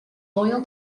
loyal